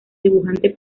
dibujante